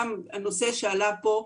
גם הנושא שעלה פה,